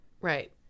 Right